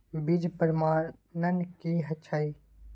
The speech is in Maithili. बीज प्रमाणन की हैय?